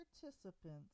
participants